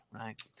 Right